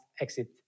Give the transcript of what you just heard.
exit